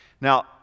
Now